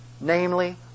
namely